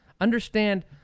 Understand